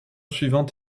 suivante